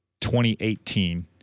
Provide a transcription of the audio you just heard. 2018